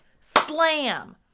slam